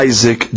Isaac